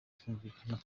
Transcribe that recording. kumvikana